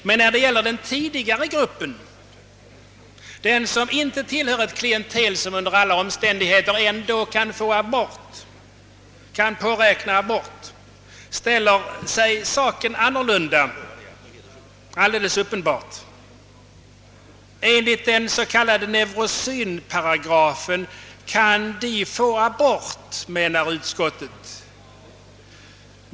Men när det gäller den tidigare gruppen, som inte tillhör ett klientel som under alla omständigheter kan påräkna abort, ställer sig saken alldeles uppenbart annorlunda. Enligt den s.k. nevrosedynparagrafen kan de få abort, menar utskottet.